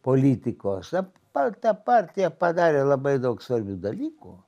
politikos ap ta partija padarė labai daug svarbių dalykų